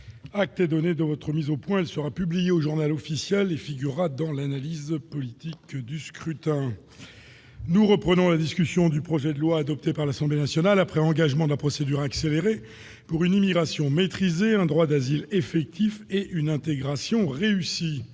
Acte est donné de cette mise au point, mon cher collègue. Elle sera publiée au et figurera dans l'analyse politique des scrutins. Nous reprenons la discussion du projet de loi, adopté par l'Assemblée nationale après engagement de la procédure accélérée, pour une immigration maîtrisée, un droit d'asile effectif et une intégration réussie.